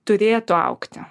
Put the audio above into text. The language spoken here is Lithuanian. turėtų augti